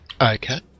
Okay